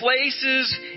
places